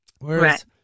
Whereas